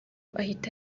ahita